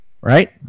right